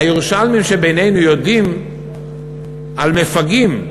הירושלמים שבינינו יודעים על מפגעים,